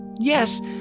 Yes